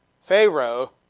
Pharaoh